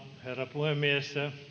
puhemies